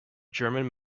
german